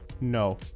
No